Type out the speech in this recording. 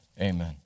amen